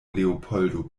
leopoldo